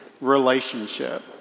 relationship